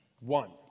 one